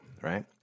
Right